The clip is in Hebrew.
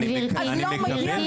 ולא מגיע לו.